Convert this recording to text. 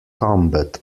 combat